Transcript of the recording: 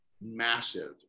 massive